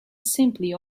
simply